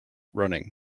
running